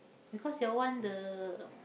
because your one the